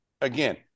Again